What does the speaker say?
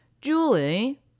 julie